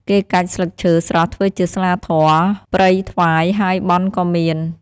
គេកាច់ស្លឹកឈើស្រស់ធ្វើជាស្លាធម៌ព្រៃថ្វាយហើយបន់ក៏មាន